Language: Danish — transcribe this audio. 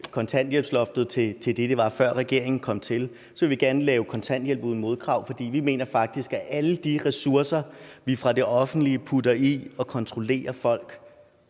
kontanthjælpsloftet til der, hvor det var, før regeringen kom til. Vi vil gerne lave kontanthjælp uden modkrav, for vi mener faktisk, at alle de ressourcer, man fra det offentlige putter i at kontrollere folk